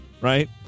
right